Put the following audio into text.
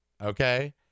okay